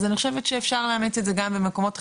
אז אני חושבת שאפשר לאמץ את זה גם במקומות אחרים,